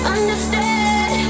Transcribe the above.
Understand